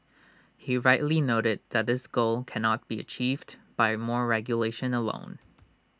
he rightly noted that this goal cannot be achieved by more regulation alone